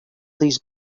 these